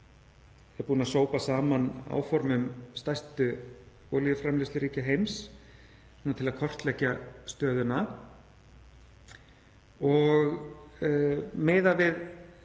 er búin að sópa saman áformum stærstu olíuframleiðsluríkja heims til að kortleggja stöðuna og miðað við